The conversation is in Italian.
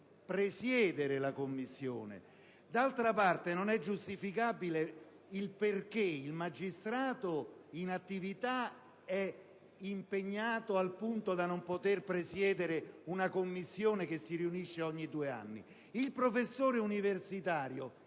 presiedere la commissione. D'altra parte, non è giustificabile il fatto che il magistrato in attività sia impegnato al punto tale da non poter presiedere una commissione che si riunisce ogni due anni, mentre il professore universitario